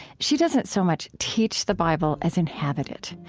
she doesn't so much teach the bible as inhabit it.